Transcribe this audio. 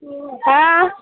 हां